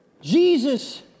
Jesus